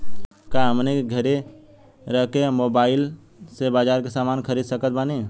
का हमनी के घेरे रह के मोब्बाइल से बाजार के समान खरीद सकत बनी?